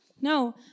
No